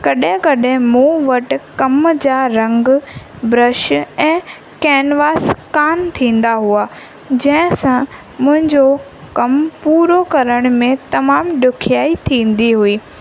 कॾहिं कॾहिं मूं वटि कम जा रंगु ब्रश ऐं केनिवास कान थींदा हुआ जंहिं सां मुहिंजो कमु पूरो करण में तमामु ॾुखियाई थींदी हुई